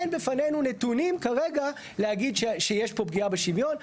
אין בפנינו נתונים כרגע להגיד שיש פה פגיעה בשוויון.